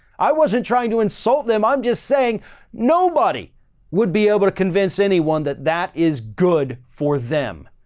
i wasn't trying to insult them. i'm just saying nobody would be able to convince anyone that that is good for them.